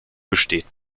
besteht